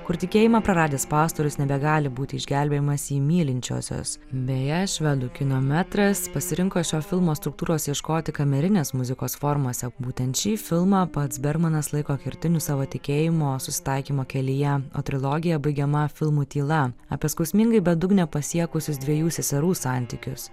kur tikėjimą praradęs pastorius nebegali būti išgelbėjimas į mylinčiosios beje švedų kino metras pasirinko šio filmo struktūros ieškoti kamerinės muzikos formose būtent šį filmą pats bermanas laiko kertiniu savo tikėjimo susitaikymo kelyje o trilogija baigiama filmu tyla apie skausmingai bedugnę pasiekusius dviejų seserų santykius